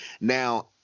Now